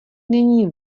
není